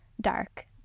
dark